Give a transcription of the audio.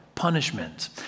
punishment